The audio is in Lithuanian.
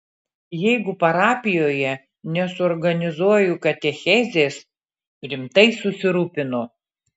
jeigu parapijoje nesuorganizuoju katechezės rimtai susirūpinu